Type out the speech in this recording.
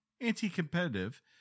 anti-competitive